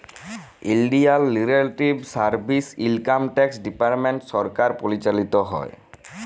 ইলডিয়াল revenue service, income tax department সরকার পরিচালিত হ্যয়